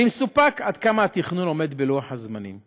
אני מסופק עד כמה התכנון עומד בלוח הזמנים.